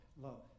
love